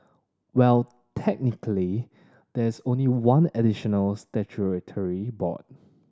well technically there is only one additional statutory board